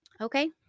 Okay